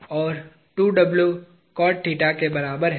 और के बराबर है